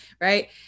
right